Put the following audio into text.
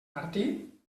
martí